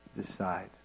decide